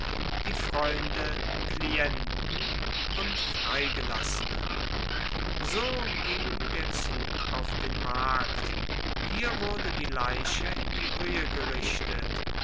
die freunde klienten und freigelassenen so ging der zug auf den markt hier wurde die leiche in die hoehe gerichtet